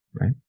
right